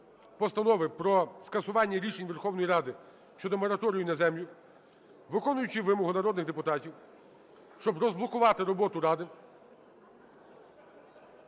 постанови про скасування рішень Верховної Ради щодо мораторію на землю, виконуючи вимогу народних депутатів, щоб розблокувати роботу Ради,